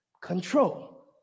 Control